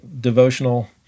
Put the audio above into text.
devotional